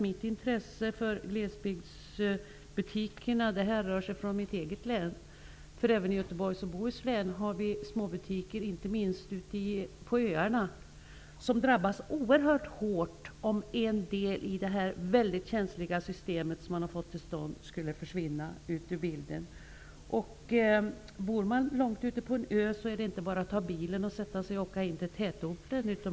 Mitt intresse för glesbygdsbutikerna härrör sig från mitt eget län, därför även i Göteborgs och Bohuslän har vi småbutiker, inte minst ute på öarna, vilka drabbas oerhört hårt om en del i det här väldigt känsliga systemet skulle försvinna ut ur bilden. Om man bor långt ute på en ö är det inte bara att ta bilen och åka in till tätorten.